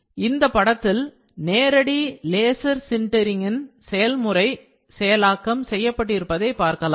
இந்தப்படத்தில் நேரடி லேசர் சென்டரின் செயல்முறை செயலாக்கம் செய்யப்பட்டிருப்பதை பார்க்கலாம்